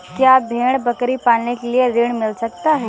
क्या भेड़ बकरी पालने के लिए ऋण मिल सकता है?